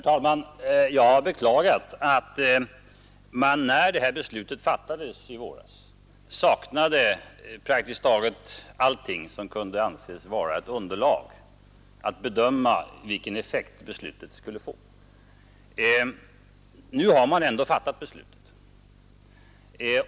Herr talman! Jag beklagar att man när detta beslut fattades i våras saknade praktiskt taget allting som kunde anses vara ett underlag för en bedömning av vilken effekt beslutet skulle få. Nu har man ändå fattat beslutet.